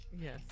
Yes